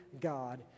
God